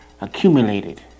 accumulated